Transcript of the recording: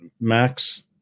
Max